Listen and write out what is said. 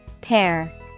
Pair